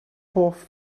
hoff